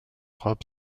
robe